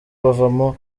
bavamo